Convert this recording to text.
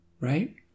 right